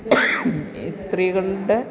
ഈ സ്ത്രീകളുടെ